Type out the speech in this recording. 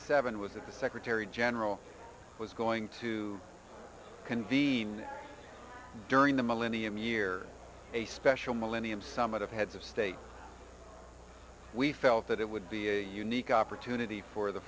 seven was that the secretary general was going to convene during the millennium year a special millennium summit of heads of state we felt that it would be a unique opportunity for the